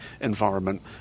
environment